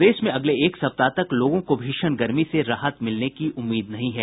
प्रदेश में अगले एक सप्ताह तक लोगों को भीषण गर्मी से राहत मिलने की उम्मीद नहीं है